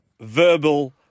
Verbal